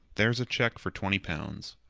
there's a cheque for twenty pounds,